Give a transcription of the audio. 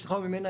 בשטחה וממנה,